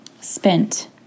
spent